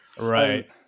Right